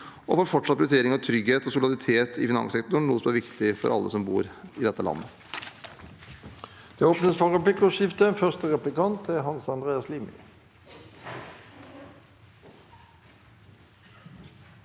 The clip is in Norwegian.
og for fortsatt prioritering av trygghet og soliditet i finanssektoren, noe som er viktig for alle som bor i dette landet.